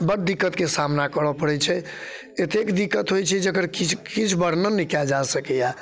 बड दिक्कतके सामना करऽ पड़ैत छै एतेक दिक्कत होइत छै जेकर किछु किछु वर्णन नहि कयल जा सकैया